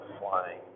flying